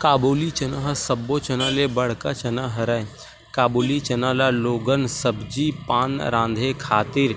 काबुली चना ह सब्बो चना ले बड़का चना हरय, काबुली चना ल लोगन सब्जी पान राँधे खातिर